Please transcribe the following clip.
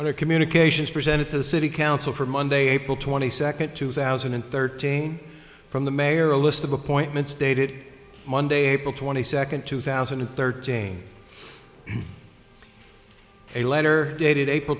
other communications presented to the city council for monday april twenty second two thousand and thirteen from the mayor a list of appointments dated monday april twenty second two thousand and thirteen a letter dated april